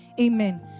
Amen